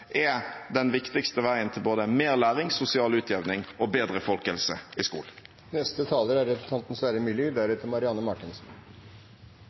er den viktigste veien til både mer læring, sosial utjevning og bedre folkehelse i skolen.